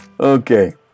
Okay